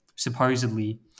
supposedly